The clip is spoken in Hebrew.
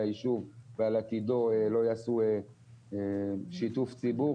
היישוב ועל עתידו לא יעשו שיתוף ציבור,